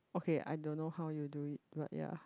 okay I don't know how you do it but ya